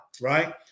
Right